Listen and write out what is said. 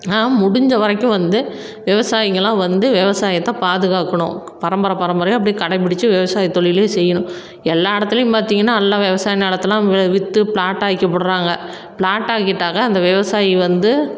முடிந்த வரைக்கும் வந்து விவசாயிங்கலாம் வந்து விவசாயத்தை பாதுகாக்கணும் பரம்பர பரம்பரையாக அப்படியே கடைபிடிச்சு விவசாய தொழிலே செய்யணும் எல்லா இடத்துலையும் பார்த்திங்கன்னா எல்லாம் விவசாய நிலத்தலாம் விற்று ப்ளாட் ஆக்கிப்புடுறாங்க ப்ளாட் ஆக்கிட்டாக்கா அந்த விவசாயி வந்து